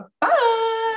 Bye